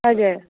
हजुर